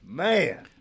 man